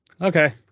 Okay